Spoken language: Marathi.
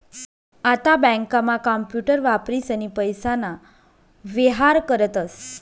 आता बँकांमा कांपूटर वापरीसनी पैसाना व्येहार करतस